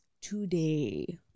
today